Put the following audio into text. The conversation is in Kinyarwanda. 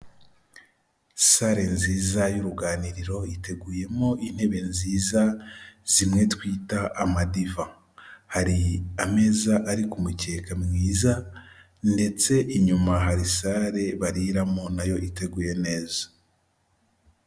Sare nziza y'uruganiriro iteguyemo intebe nziza zimwe twita amadiva, hari ameza ari ku mukeka mwiza ndetse inyuma hari sare bariramo nayo iteguye neza.